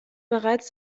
bereits